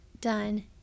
done